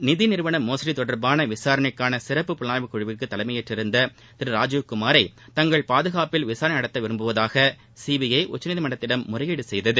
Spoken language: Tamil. நிதி நிறுவன மோசடி தொடர்பான விசாரணைக்கான சிறப்பு புலனாய்வு குழுவிற்கு தலைமையேற்றிருந்த திரு ராஜீவ் குமாரை தங்கள் பாதுகாப்பில் விசாரணை நடத்த விரும்புவதாக சிபிஐ உச்சநீதிமன்றத்திடம் முறையீடு செய்தது